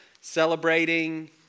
celebrating